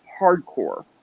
Hardcore